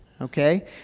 okay